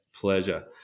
Pleasure